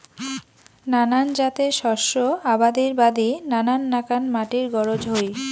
নানান জাতের শস্য আবাদির বাদি নানান নাকান মাটির গরোজ হই